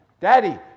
Daddy